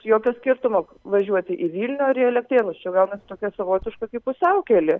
jokio skirtumo važiuoti į vilniaus ar į elektrėnus čia gaunasi tokia savotiška kaip pusiaukelė